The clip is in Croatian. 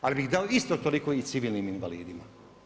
Ali bi dao isto toliko i civilnim invalidima.